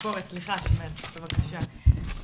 יועצת משפטית של אמונה, בבקשה.